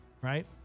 Right